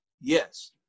Yes